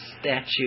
statute